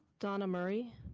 donna murray,